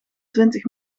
twintig